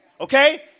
Okay